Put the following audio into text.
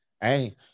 Hey